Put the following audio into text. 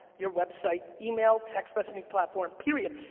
your website, email, text messaging platform, period.